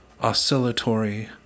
oscillatory